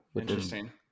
Interesting